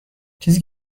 چیزی